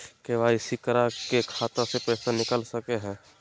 KYC करा के खाता से पैसा निकल सके हय?